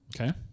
Okay